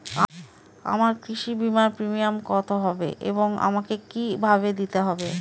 আমার কৃষি বিমার প্রিমিয়াম কত হবে এবং আমাকে কি ভাবে দিতে হবে?